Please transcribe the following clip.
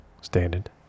stated